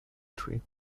tree